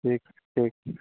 ठीक है ठीक है